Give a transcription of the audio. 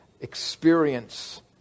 experience